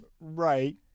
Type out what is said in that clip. Right